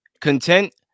Content